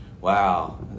Wow